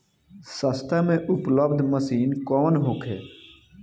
सस्ता में उपलब्ध मशीन कौन होखे?